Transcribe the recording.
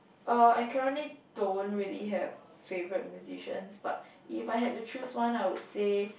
uh I currently don't really have favourite musicians but if I had to choose one I would say